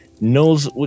Knows